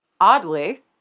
Oddly